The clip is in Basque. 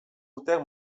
urteak